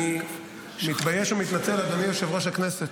אני מתבייש ומתנצל, אדוני יושב-ראש הכנסת,